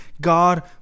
God